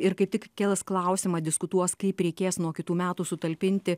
ir kaip tik kels klausimą diskutuos kaip reikės nuo kitų metų sutalpinti